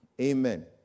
Amen